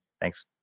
Thanks